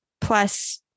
plus